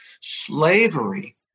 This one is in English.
slavery